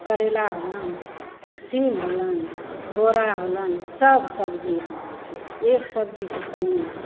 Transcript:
करैला होलनि सीम होलनि बोरा होलनि सब सबजी यहाँ होइ छै एक सबजीके कमी यहाँ